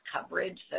coverage